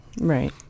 Right